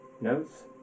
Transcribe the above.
notes